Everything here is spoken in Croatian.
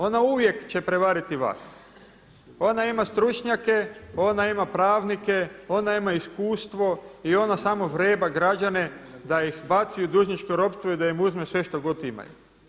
Ona uvijek će prevariti vas, ona ima stručnjake, ona ima pravnike, ona ima iskustvo i ona samo vreba građane da ih baci u dužničko ropstvo i da im uzme sve što god imaju.